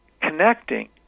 connecting